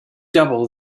double